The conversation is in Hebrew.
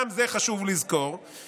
גם זה חשוב לזכור,